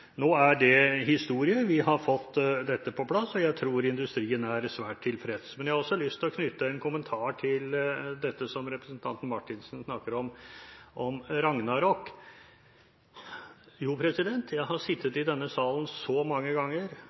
Nå er det historie – vi har fått dette på plass, og jeg tror industrien er svært tilfreds. Jeg har også lyst til å knytte en kommentar til det som representanten Marthinsen snakker om, om ragnarok. Jo, jeg har sittet i denne salen så mange ganger